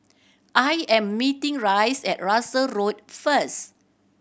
I am meeting Rice at Russels Road first